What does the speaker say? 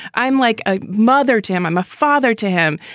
i'm like a mother to him. i'm a father to him.